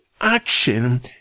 action